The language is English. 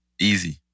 easy